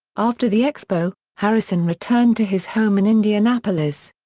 after the expo, harrison returned to his home in indianapolis.